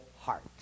heart